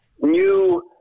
new